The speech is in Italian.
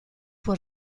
può